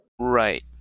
Right